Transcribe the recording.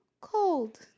cold